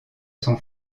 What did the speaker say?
son